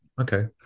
Okay